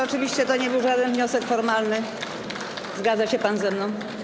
Oczywiście to nie był żaden wniosek formalny, zgadza się pan ze mną?